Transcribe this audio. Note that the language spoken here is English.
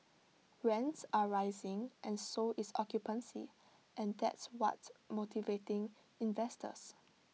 rents are rising and so is occupancy and that's what's motivating investors